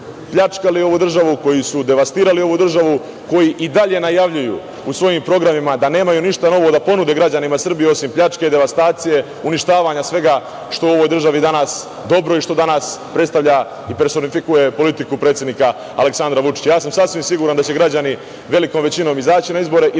pljačkali ovu državu, koji su devastirali ovu državu, koji i dalje najavljuju u svojim programima da nemaju ništa novo da ponude građanima Srbije osim pljačke, devastacije, uništavanja svega što je u ovoj državi danas i što predstavlja i personifikuje politiku predsednika Aleksandra Vučića. Sasvim sam siguran da će građani velikom većinom izaći na izbore i